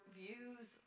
views